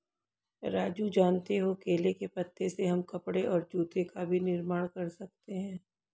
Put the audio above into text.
राजू जानते हो केले के पत्ते से हम कपड़े और जूते का भी निर्माण कर सकते हैं